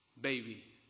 baby